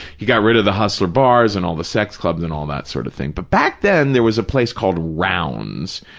he got rid of the hustler bars and all the sex clubs and all that sort of thing. but back then, there was a place called rounds,